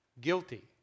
Guilty